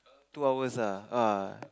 two hours lah uh